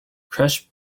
crushed